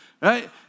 right